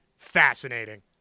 Fascinating